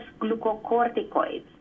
glucocorticoids